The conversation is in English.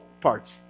parts